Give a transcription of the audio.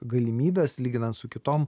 galimybes lyginant su kitom